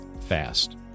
fast